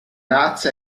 razza